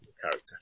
character